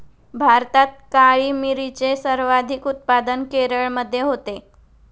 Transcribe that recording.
भारतात काळी मिरीचे सर्वाधिक उत्पादन केरळमध्ये होते